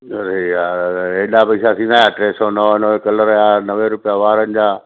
अड़े यार हेॾा पैसा थींदा या टे सौ नवानवे कलर जा नवे रुपया वारनि जा